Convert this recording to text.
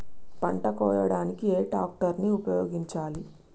పంట కోయడానికి ఏ ట్రాక్టర్ ని ఉపయోగించాలి?